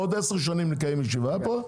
עוד עשר שנים נקיים ישיבה פה.